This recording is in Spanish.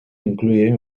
incluye